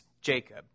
Jacob